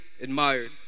admired